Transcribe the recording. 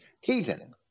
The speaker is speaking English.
heathen